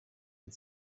and